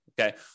Okay